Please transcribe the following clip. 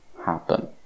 Happen